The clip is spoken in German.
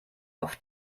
auf